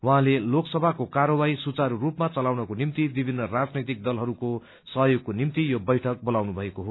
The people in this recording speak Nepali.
उइाँले लोकसभाको कार्यवाही सुचारू रूपामा चलाउनका निम्ति विभिन्न राजनैतिक दलहरूको सहयोगको सिलसिलामा यो बैठक राख्नु भएको हो